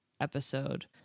episode